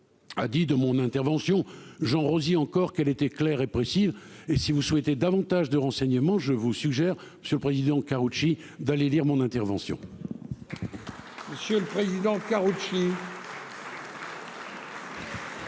a dit de mon intervention Jean Rosie encore qu'elle était claire et et si vous souhaitez davantage de renseignements, je vous suggère, Monsieur le Président, Karoutchi d'aller dire mon intervention. Monsieur le Président, Karoutchi.